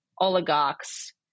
oligarchs